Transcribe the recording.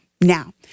Now